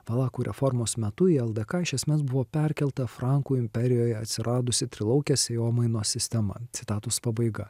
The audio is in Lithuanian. valakų reformos metu į ldk iš esmės buvo perkelta frankų imperijoje atsiradusi trilaukės sėjomainos sistema citatos pabaiga